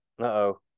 Uh-oh